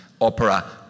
opera